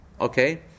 okay